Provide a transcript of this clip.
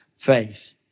faith